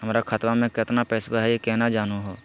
हमर खतवा मे केतना पैसवा हई, केना जानहु हो?